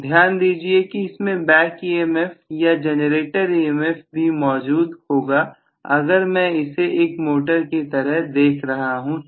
ध्यान दीजिए कि इसमें बैक EMF या जनरेटर EMF भी मौजूद होगा अगर मैं इसे एक मोटर की तरह देख रहा हूं तो